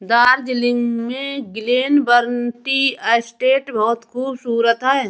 दार्जिलिंग में Glenburn tea estate बहुत खूबसूरत है